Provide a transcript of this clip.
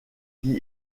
qui